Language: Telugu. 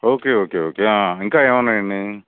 ఓకే ఓకే ఓకే ఇంకా ఏమి ఉన్నాయండి